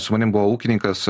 su manim buvo ūkininkas